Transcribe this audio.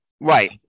right